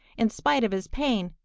in spite of his pain,